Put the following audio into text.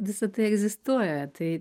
visa tai egzistuoja tai